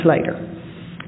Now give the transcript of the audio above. later